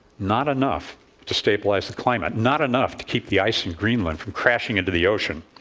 not enough to stabilize the climate. not enough to keep the ice in greenland from crashing into the ocean.